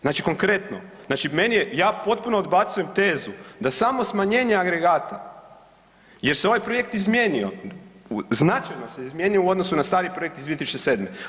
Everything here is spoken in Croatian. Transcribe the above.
Znači konkretno, ja potpuno odbacujem tezu da samo smanjenje agregata jer se ovaj projekt izmijenio, značajno se izmijenio u odnosu na stari projekt iz 2007.